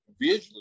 visually